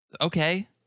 Okay